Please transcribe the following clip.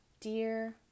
Dear